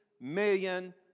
million